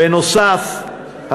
בנוסף,